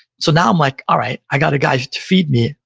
so now i'm like, all right, i got a guy to feed me,